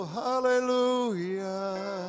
hallelujah